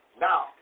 Now